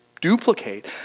duplicate